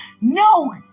No